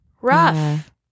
rough